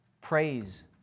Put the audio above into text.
praise